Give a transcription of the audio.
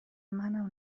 منم